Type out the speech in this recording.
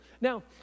Now